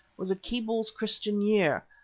was a keble's christian year,